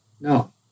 no